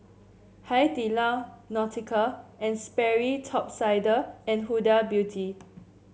Hai Di Lao Nautica And Sperry Top Sider and Huda Beauty